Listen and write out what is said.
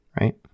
right